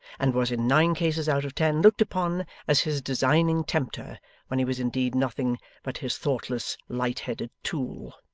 and was in nine cases out of ten looked upon as his designing tempter when he was indeed nothing but his thoughtless, light-headed tool.